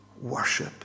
worship